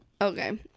Okay